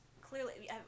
Clearly